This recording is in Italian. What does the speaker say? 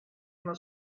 una